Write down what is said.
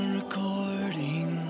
recording